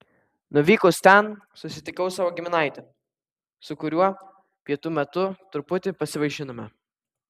nuvykus ten susitikau savo giminaitį su kuriuo pietų metu truputį pasivaišinome